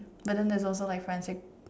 but then there's also my friends like